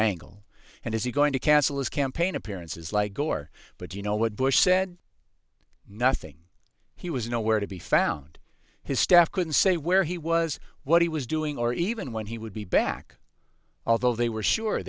angle and is he going to cancel his campaign appearances like gore but you know what bush said nothing he was nowhere to be found his staff couldn't say where he was what he was doing or even when he would be back although they were sure